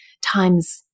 times